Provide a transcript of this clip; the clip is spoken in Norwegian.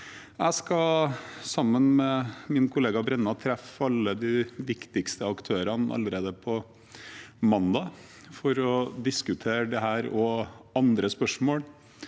Jeg skal, sammen med min kollega Brenna, treffe alle de viktigste aktørene allerede på mandag for å diskutere dette og andre spørsmål.